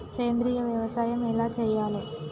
సేంద్రీయ వ్యవసాయం ఎలా చెయ్యాలే?